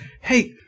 Hey